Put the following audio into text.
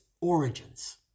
origins